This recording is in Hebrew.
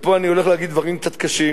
ופה אני הולך להגיד דברים קצת קשים,